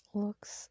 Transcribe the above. looks